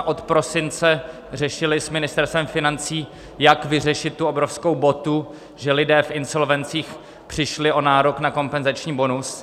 Od prosince jsme řešili s Ministerstvem financí, jak vyřešit tu obrovskou botu, že lidé v insolvencích přišli o nárok na kompenzační bonus.